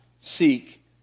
seek